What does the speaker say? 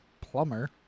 plumber